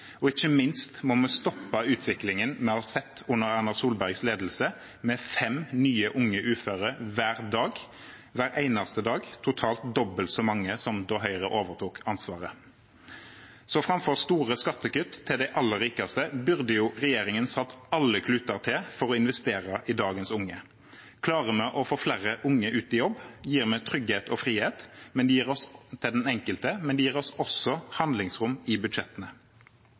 og ikke minst må vi stoppe utviklingen vi har sett under Erna Solbergs ledelse, med fem nye unge uføre hver eneste dag, totalt dobbelt så mange som da Høyre overtok ansvaret. Framfor store skattekutt til de aller rikeste burde regjeringen satt alle kluter til for å investere i dagens unge. Klarer vi å få flere unge ut i jobb, gir vi trygghet og frihet til den enkelte, men det gir oss også handlingsrom i budsjettene.